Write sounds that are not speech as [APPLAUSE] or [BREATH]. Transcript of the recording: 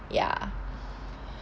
ya [BREATH]